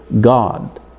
God